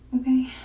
Okay